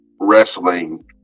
Wrestling